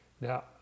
Now